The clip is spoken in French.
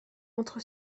entre